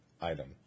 item